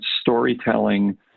storytelling